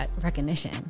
recognition